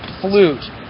flute